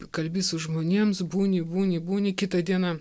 kalbi su žmonėms būni būni būni kitą dieną